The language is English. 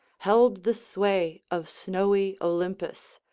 held the sway of snowy olympus,